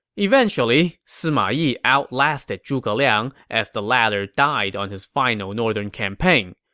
eventually, sima yi outlasted zhuge liang as the latter died on his final northern campaign.